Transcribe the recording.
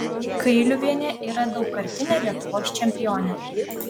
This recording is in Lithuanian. kailiuvienė yra daugkartinė lietuvos čempionė